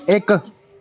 ਇੱਕ